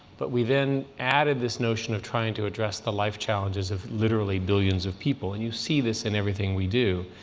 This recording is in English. but we then added this notion of trying to address the life challenges of literally billions of people. and you see this in everything we do.